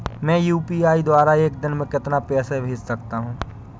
मैं यू.पी.आई द्वारा एक दिन में कितना पैसा भेज सकता हूँ?